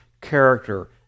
character